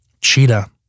cheetah